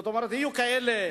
זאת אומרת, יהיו כאלה